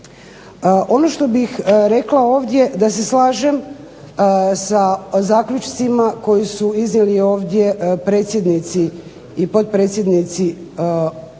Ono što bih rekla ovdje da se slažem sa zaključcima koje su iznijeli ovdje predsjednici i potpredsjednici kako